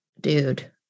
dude